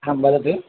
आं वदतु